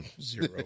Zero